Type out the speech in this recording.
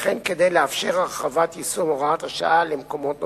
וכן כדי לאפשר הרחבת יישום הוראת השעה למקומות נוספים.